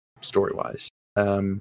story-wise